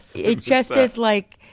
it just is like,